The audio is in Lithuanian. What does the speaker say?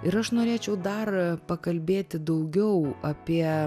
ir aš norėčiau dar pakalbėti daugiau apie